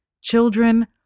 Children